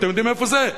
אתם יודעים איפה זה?